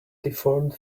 deformed